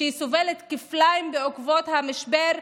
שסובלת כפליים בעקבות המשבר,